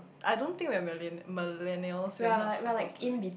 I don't think we are millennials we are not supposed to be